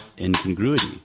incongruity